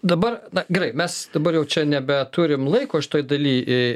dabar na gerai mes dabar jau čia nebeturim laiko šitoj daly